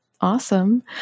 Awesome